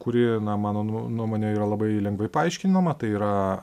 kuri na mano nuo nuomone yra labai lengvai paaiškinama tai yra